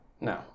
No